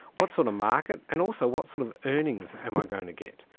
what sort of market, and also what sort of earnings am i going to get.